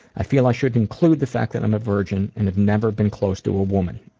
i feel i should include the fact that i'm a virgin and have never been close to a woman,